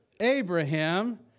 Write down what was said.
Abraham